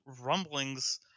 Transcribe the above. rumblings